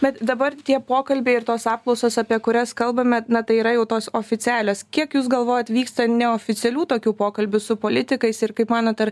bet dabar tie pokalbiai ir tos apklausos apie kurias kalbame na tai yra jau tos oficialios kiek jūs galvojat vyksta neoficialių tokių pokalbių su politikais ir kaip manot ar